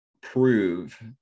prove